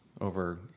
over